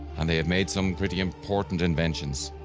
and they had made some pretty important inventions.